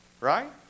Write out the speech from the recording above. right